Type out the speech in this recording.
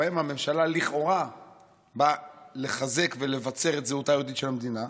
שבהם הממשלה לכאורה באה לחזק ולבצר את זהותה היהודית של המדינה,